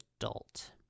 adult